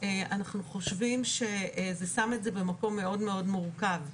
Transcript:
אנחנו חושבים שזה שם את זה במקום מאוד מאוד מורכב,